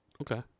Okay